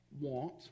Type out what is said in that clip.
want